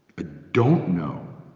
ah don't know.